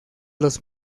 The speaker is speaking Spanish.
los